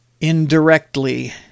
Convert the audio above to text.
indirectly